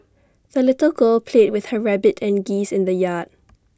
the little girl played with her rabbit and geese in the yard